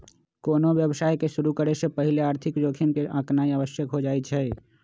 कोनो व्यवसाय के शुरु करे से पहिले आर्थिक जोखिम के आकनाइ आवश्यक हो जाइ छइ